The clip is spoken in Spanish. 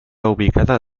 ubicada